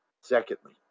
Secondly